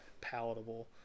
palatable